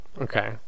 Okay